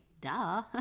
duh